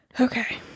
Okay